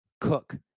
cook